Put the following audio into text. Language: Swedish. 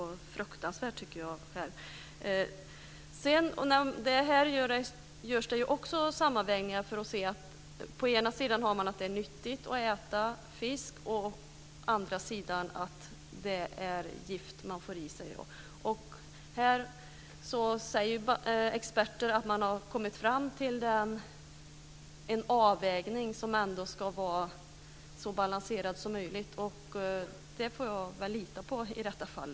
Jag tycker att det är fruktansvärt. Här görs det också sammanvägningar. Å ena sidan är det nyttigt att äta fisk, å andra sidan får man i sig gift då. Experter säger att man har kommit fram till en avvägning som ska vara så balanserad som möjligt. Det får jag väl lita på i detta fall.